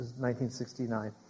1969